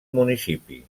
municipi